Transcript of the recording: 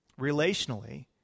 relationally